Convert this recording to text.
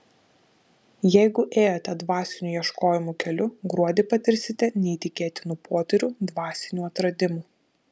jeigu ėjote dvasinių ieškojimų keliu gruodį patirsite neįtikėtinų potyrių dvasinių atradimų